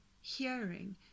hearing